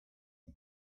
why